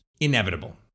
Inevitable